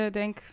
denk